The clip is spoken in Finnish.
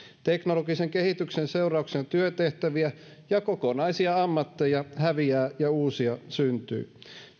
teknologisen kehityksen seurauksena työtehtäviä ja kokonaisia ammatteja häviää ja uusia syntyy